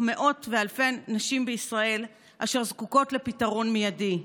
מאות ואלפי נשים בישראל אשר זקוקות לפתרון מיידי,